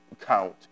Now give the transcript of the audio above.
count